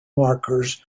markers